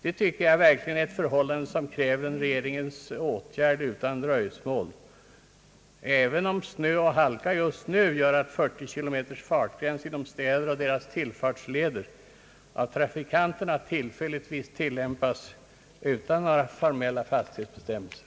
Det tycker jag verkligen är ett förhållande som utan dröjsmål kräver regeringens åtgärd, även om snö och halka just nu gör att 40-kilometersgränsen inom städerna och deras tillfartsleder av trafikanterna tillfälligtvis tillämpas utan några formella bestämmelser.